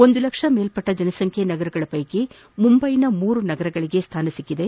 ಒಂದು ಲಕ್ಷ ಮೇಲ್ಪಟ್ಟ ಜನಸಂಖ್ಯೆ ನಗರಗಳ ಪೈಕಿ ಮುಂಬೈನ ಮೂರು ನಗರಗಳಿಗೆ ಸ್ಥಾನ ಸಿಕ್ಕಿದೆ